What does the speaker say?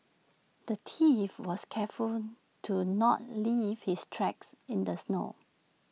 the thief was careful to not leave his tracks in the snow